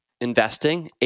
investing